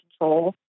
control